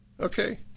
okay